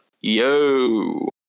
yo